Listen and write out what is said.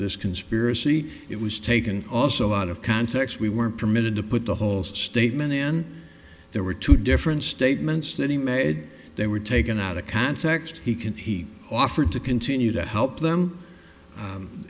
this conspiracy it was taken also out of context we weren't permitted to put the whole statement in there were two different statements that he made they were taken out of context he can he offered to continue to help them